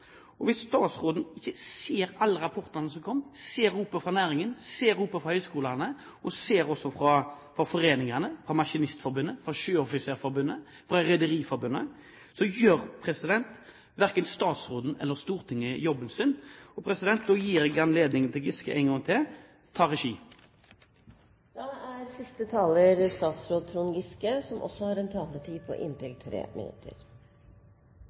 og hvis statsråden ikke ser alle rapportene som er kommet, ser ropet fra næringen, ser ropet fra høyskolene og også ser ropene fra foreningene, fra Maskinistforbundet, fra Sjøoffisersforbundet, fra Rederiforbundet, gjør verken statsråden eller Stortinget jobben sin. Da gir jeg Giske anledningen en gang til: Ta regi! I likhet med Else-May Botten må jeg si at jeg setter pris på